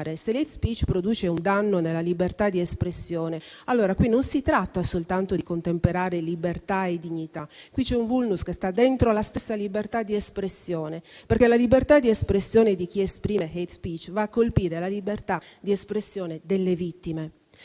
ancora: «Se l'*hate speech* produce un danno nella libertà di espressione, allora qui non si tratta soltanto di contemperare libertà e dignità, qui c'è un *vulnus* che sta dentro la stessa libertà di espressione, perché la libertà di espressione di chi esprime *hate speech* va a colpire la libertà di espressione delle vittime